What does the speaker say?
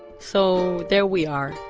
so there we are.